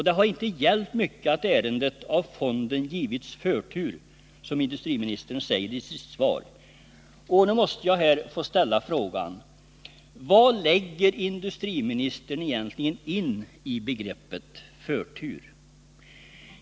Det har inte hjälpt mycket att ärendet av fonden givits förtur, som industriministern säger i sitt svar. Jag måste ställa frågan: Vad lägger industriministern egentligen in i begreppet förtur?